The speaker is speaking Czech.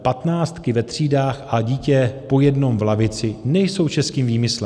Patnáctky ve třídách a dítě po jednom v lavici nejsou českým výmyslem.